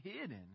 hidden